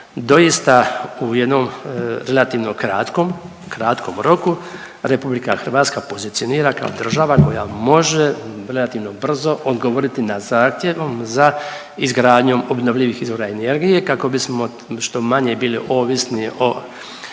doista u jednom relativnom kratkom roku Republika Hrvatska pozicionira kao država koja može relativno brzo odgovoriti na zahtjevom za izgradnjom obnovljivih izvora energije kako bismo što manje bili ovisni o